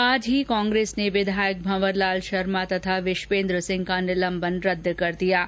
आज ही कांग्रेस ने विधायक भंवर लाल शर्मा तथा विश्वेन्द्र सिंह का निलंबन रद्द कर दिया है